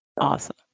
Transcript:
Awesome